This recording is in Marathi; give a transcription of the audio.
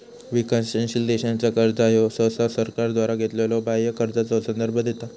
विकसनशील देशांचा कर्जा ह्यो सहसा सरकारद्वारा घेतलेल्यो बाह्य कर्जाचो संदर्भ देता